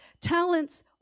talents